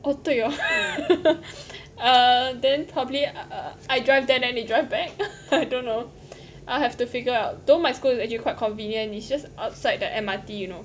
哦对哦 err then probably I drive them then they drive back I don't know I'll have to figure it out though my school is actually quite convenient it's just outside the M_R_T you know